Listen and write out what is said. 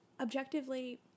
objectively